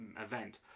event